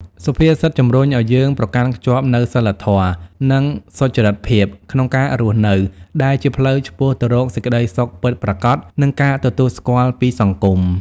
សុភាសិតជំរុញឱ្យយើងប្រកាន់ខ្ជាប់នូវសីលធម៌ និងសុចរិតភាព ក្នុងការរស់នៅ ដែលជាផ្លូវឆ្ពោះទៅរកសេចក្តីសុខពិតប្រាកដ និងការទទួលស្គាល់ពីសង្គម។